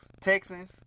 Texans